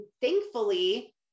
thankfully